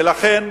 ולכן,